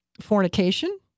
fornication